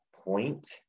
point